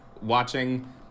watching